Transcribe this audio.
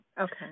Okay